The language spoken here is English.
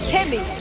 Timmy